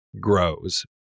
grows